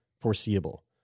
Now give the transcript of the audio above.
foreseeable